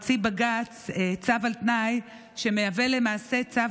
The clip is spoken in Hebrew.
הוציא בג"ץ צו על תנאי שמהווה למעשה צו